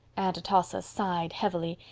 aunt atossa sighed heavily,